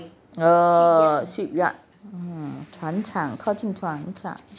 uh shipyard 船厂靠近船厂